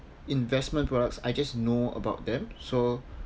investment products I just know about them so